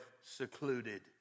secluded